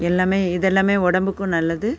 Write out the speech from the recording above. எல்லாமே இதெல்லாமே உடம்புக்கும் நல்லது